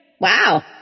Wow